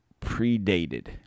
predated